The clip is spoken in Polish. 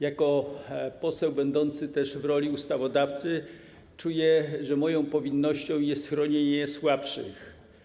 Jako poseł występujący też w roli ustawodawcy czuję, że moją powinnością jest chronienie słabszych.